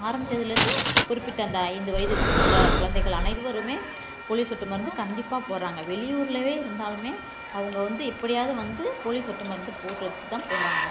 ஆரம்பிச்சதிலயிருந்து குறிப்பிட்ட அந்த ஐந்து வயதுக்குள்ள குழந்தைகள் அனைவருமே போலியோ சொட்டு மருந்து கண்டிப்பாக போடுறாங்க வெளியூர்லவே இருந்தாலுமே அவங்க வந்து எப்படியாவது வந்து போலியோ சொட்டு மருந்து போட்டுட்டு தான் போகிறாங்க